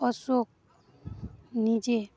ଅଶୋକ ନିଜେ